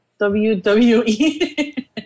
WWE